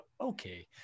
okay